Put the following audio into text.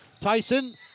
Tyson